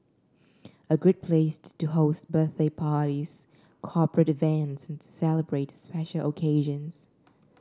a great place to host birthday parties corporate events and celebrate special occasions